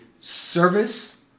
service